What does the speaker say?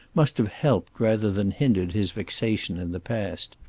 must have helped rather than hindered his fixation in the past.